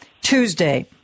Tuesday